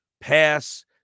pass